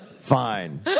Fine